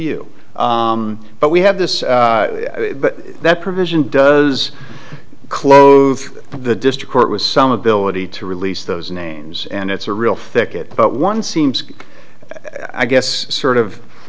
you but we have this but that provision does close the district court was some ability to release those names and it's a real thicket but one seems i guess sort of